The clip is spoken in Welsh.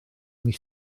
mis